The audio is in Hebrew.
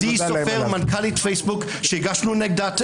עדי סופר מנכ"לית פייסבוק, שהגשנו נגדה תלונה.